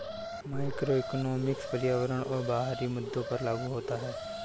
macroeconomics पर्यावरण और बाहरी मुद्दों पर लागू होता है